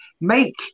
Make